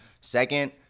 Second